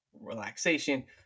relaxation